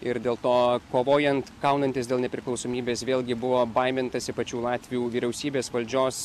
ir dėl to kovojan kaunantis dėl nepriklausomybės vėlgi buvo baimintasi pačių latvių vyriausybės valdžios